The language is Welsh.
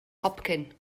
hopcyn